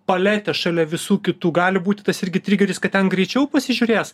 paletės šalia visų kitų gali būti tas irgi trigeris kad ten greičiau pasižiūrės